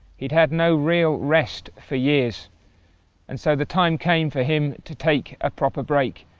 he'd had no real rest for years and so the time came for him to take a proper break.